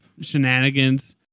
shenanigans